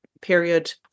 period